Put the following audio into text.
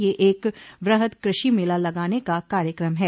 यह एक वृहद कृषि मेला लगाने का कार्यक्रम है